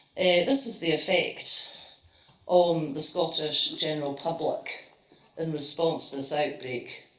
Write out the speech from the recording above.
this is the effect on the scottish general public in response to this outbreak.